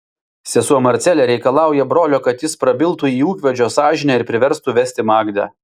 sesuo marcelė reikalauja brolio kad jis prabiltų į ūkvedžio sąžinę ir priverstų vesti magdę